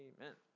Amen